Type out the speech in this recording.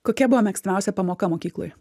kokia buvo mėgstamiausia pamoka mokykloj